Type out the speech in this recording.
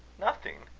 nothing.